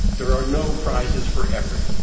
there are no prizes for effort,